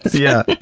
yeah.